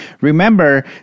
remember